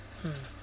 mm